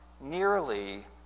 nearly